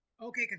Okay